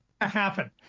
happen